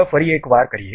ચાલો ફરી એક વાર કરીએ